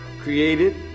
created